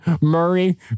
Murray